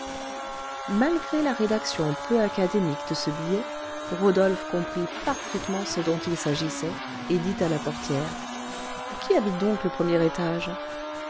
malgré la rédaction peu académique de ce billet rodolphe comprit parfaitement ce dont il s'agissait et dit à la portière qui habite donc le premier étage